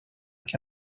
que